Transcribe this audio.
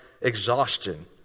exhaustion